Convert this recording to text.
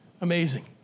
amazing